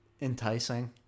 enticing